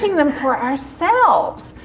them for ourselves.